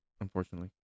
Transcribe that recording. unfortunately